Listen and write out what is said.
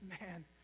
man